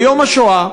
ביום השואה,